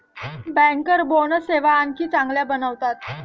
banker bonus सेवा आणखी चांगल्या बनवतात